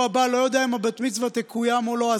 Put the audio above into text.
הבא לא יודע אם הבת-מצווה תקוים או לא,